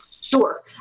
Sure